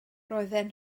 roedden